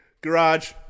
Garage